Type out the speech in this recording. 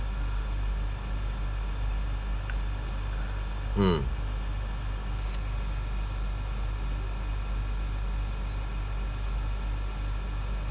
mm